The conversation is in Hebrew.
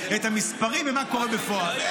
את המספרים ומה שקורה בפועל.